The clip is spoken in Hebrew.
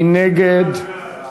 מי נגד?